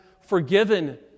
forgiven